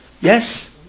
Yes